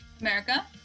America